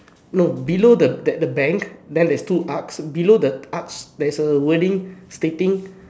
no below the that the bank then there's two arcs below the arcs there's a wording stating